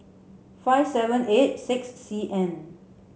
five seven eight six C N